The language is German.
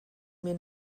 mir